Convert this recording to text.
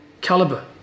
caliber